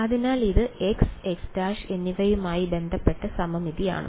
അതിനാൽ ഇത് x x′ എന്നിവയുമായി ബന്ധപ്പെട്ട് സമമിതിയാണ്